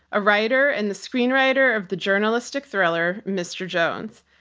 a writer and the screenwriter of the journalistic thriller mr. jones.